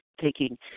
taking